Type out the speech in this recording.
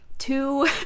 Two